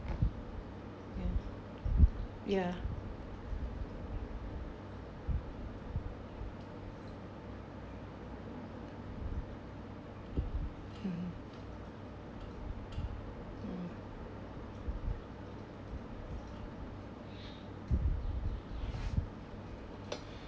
ya ya (uh huh) mm